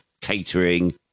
catering